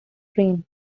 train